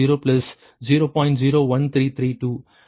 0 0